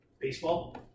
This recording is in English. Baseball